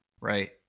Right